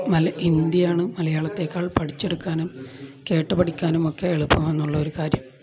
ഹിന്ദിയാണ് മലയാളത്തേക്കാൾ പഠിച്ചെടുക്കാനും കേട്ടുപഠിക്കാനും ഒക്കെ എളുപ്പം എന്നുള്ളൊരു കാര്യം